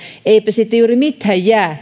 eipä siitä juuri mitään jää